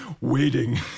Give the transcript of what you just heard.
waiting